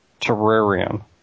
Terrarium